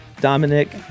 Dominic